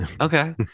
Okay